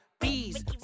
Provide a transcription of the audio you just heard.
bees